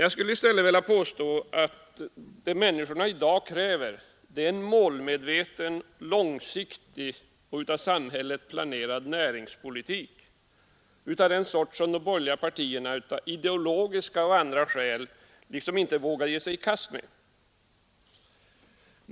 Jag skulle i stället vilja påstå att det människorna i dag kräver är en målmedveten, långsiktig och av samhället planerad samhällspolitik, som de borgerliga partierna av ideologiska och andra skäl liksom inte vågar ge sig i kast med.